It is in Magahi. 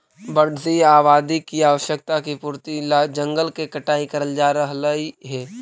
बढ़ती आबादी की आवश्यकता की पूर्ति ला जंगल के कटाई करल जा रहलइ हे